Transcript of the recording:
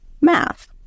math